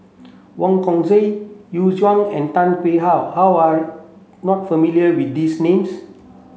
Wong Kan Seng Yu Zhuye and Tan Tarn How how are not familiar with these names